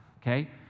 okay